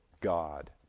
God